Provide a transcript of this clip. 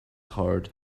hard